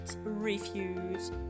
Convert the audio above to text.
refuse